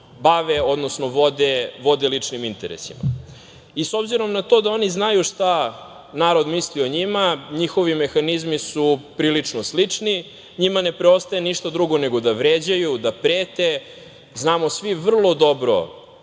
dokazano vode ličnim interesima.S obzirom na to da oni znaju šta narod misli o njima, njihovi mehanizmi su prilično slični, njima ne preostaje ništa drugo nego da vređaju, da prete. Znamo svi vrlo dobro